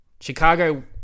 Chicago